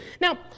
Now